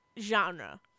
genre